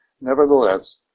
nevertheless